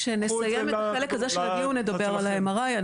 כשנסיים את החלק הזה של הדיון נדבר על ה-MRI.